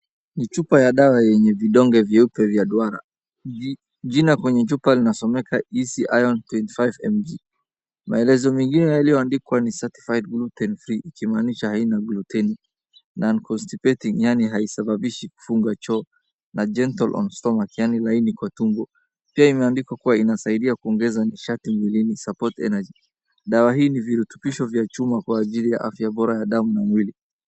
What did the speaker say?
Ni chupa ya dawa yenye vidonge vyeupe vya duara. Jina kwenye chupa linasomeka Easy Iron twenty five mg . Maelozo mengine yaliyoandikwa ni Certified Gluten-free ikimaanisha haina gluteni. Non-constipating yaani haisababishi kufunga choo na Gentile on stomach yaani laini kwa tumbo. Pia imeandikwa kuwa ianasaidia kuongeza nishati mwilini Support energy . Dawa hii virutupisho vya chuma kwa ajili ya afya bora ya damu na mwili.